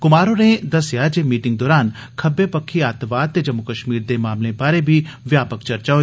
कुमार होरें दस्सेआ जे मीटिंग दौरान खब्बे पक्खी अत्तवाद ते जम्मू कश्मीर दे मामले बारै बी व्यापक चर्चा होई